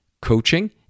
coaching